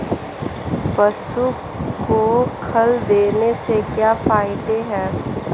पशु को खल देने से क्या फायदे हैं?